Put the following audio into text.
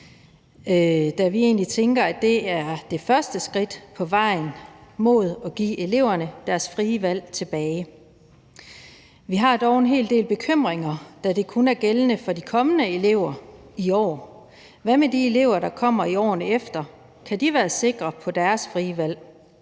da vi egentlig tænker, at det er det første skridt på vejen imod at give eleverne deres frie valg tilbage. Vi har dog en hel del bekymringer, da det kun er gældende for de kommende elever i år. Hvad med de elever, der kommer i årene efter? Kan de være sikre på deres frie valg?